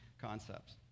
concepts